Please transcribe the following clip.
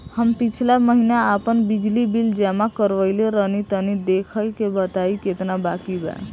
हम पिछला महीना आपन बिजली बिल जमा करवले रनि तनि देखऽ के बताईं केतना बाकि बा?